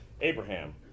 Abraham